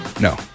no